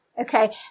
Okay